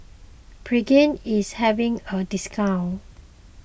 Pregain is having a discount